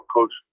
Coach